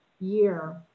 year